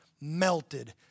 melted